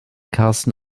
karsten